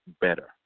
better